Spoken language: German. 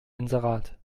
inserat